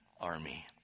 army